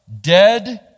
dead